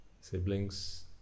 siblings